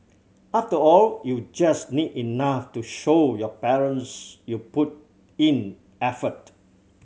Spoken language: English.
after all you just need enough to show your parents you put in effort